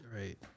Right